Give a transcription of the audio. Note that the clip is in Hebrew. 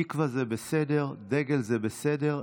התקווה זה בסדר, דגל זה בסדר.